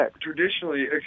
traditionally